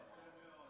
תודה רבה,